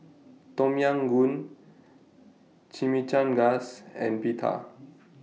Tom Yam Goong Chimichangas and Pita